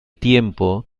tiempo